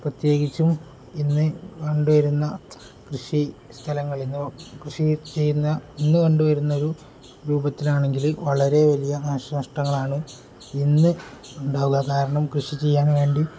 പ്രത്യേകിച്ചും ഇന്നു കണ്ടുവരുന്ന കൃഷി സ്ഥലങ്ങളിന്നു കൃഷി ചെയ്യുന്ന ഇന്നു കണ്ടുവരുന്നൊരു രൂപത്തിലാണെങ്കില് വളരെ വലിയ നശനഷ്ടങ്ങളാണ് ഇന്ന് ഉണ്ടാവുക കാരണം കൃഷി ചെയ്യാൻ വേണ്ടി